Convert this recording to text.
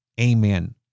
amen